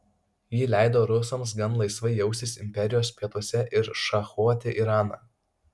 ji leido rusams gan laisvai jaustis imperijos pietuose ir šachuoti iraną